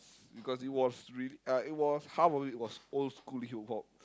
because it was really uh it was half of it was old school Hip-Hop